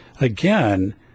again